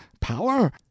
power